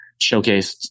showcased